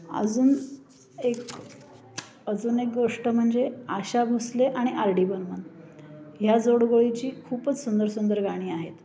अजून एक अजून एक गोष्ट म्हणजे आशा भोसले आणि आर डी बर्मन ह्या जोडगोळीची खूपच सुंदर सुंदर गाणी आहेत